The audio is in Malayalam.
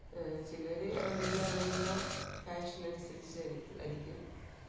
ചിലർ ഇറങ്ങുന്ന ഇറങ്ങുന്ന ഫാഷനനുസരിച്ച് ആയിരിക്കും